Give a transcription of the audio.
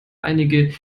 einige